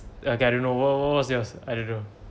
okay I don't know wha~ wha~ what's yours I don't know